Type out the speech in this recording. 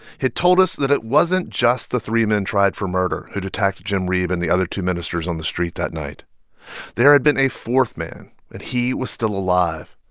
had told us that it wasn't just the three men tried for murder who'd attacked jim reeb and the other two ministers on the street that night there had been a fourth man, man, and he was still alive.